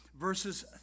verses